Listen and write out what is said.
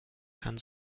kann